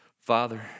Father